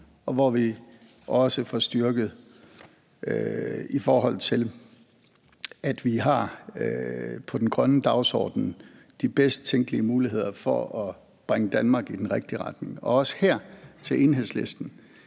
og hvor vi også får styrket det, at vi på den grønne dagsorden har de bedst tænkelige muligheder for at bringe Danmark i den rigtige retning. Og også her vil jeg sige